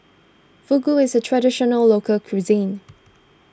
Fugu is a Traditional Local Cuisine